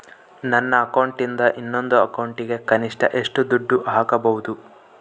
ನನ್ನ ಅಕೌಂಟಿಂದ ಇನ್ನೊಂದು ಅಕೌಂಟಿಗೆ ಕನಿಷ್ಟ ಎಷ್ಟು ದುಡ್ಡು ಹಾಕಬಹುದು?